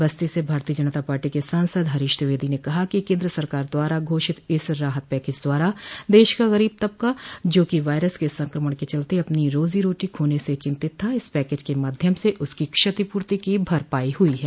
बस्ती से भारतीय जनता पार्टी के सांसद हरीश द्विवेदी ने कहा केन्द्र सरकार द्वारा घोषित इस राहत पैकेज द्वारा देश का गरीब तबका जोकि वायरस के संक्रमण क चलते अपनी रोजी रोटी खोने से चिंतित था इस पैकेज के माध्यम से उसकी क्षतिपूर्ति की भरपाई हुई है